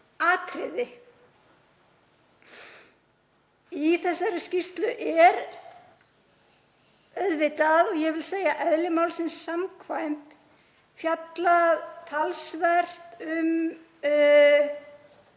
atriði. Í þessari skýrslu er auðvitað, og ég vil segja eðli málsins samkvæmt, fjallað talsvert um